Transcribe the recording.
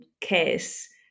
case